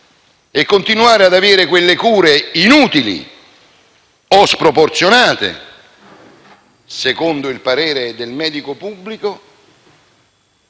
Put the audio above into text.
e continuare ad avere quelle cure inutili o sproporzionate, secondo il parere del medico pubblico,